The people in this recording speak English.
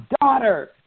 daughter